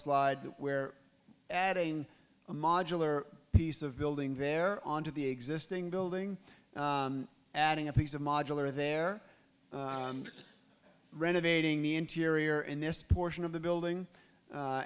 slide where adding a modular piece of building there onto the existing building adding a piece of modular there renovating the interior in this portion of the building